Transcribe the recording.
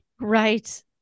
Right